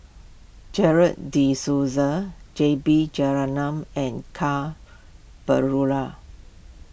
Gerald De Cruz J B Jeyaretnam and Ka Perumal